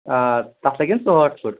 آ تَتھ لگن ژُہٲٹھ پھٕٹ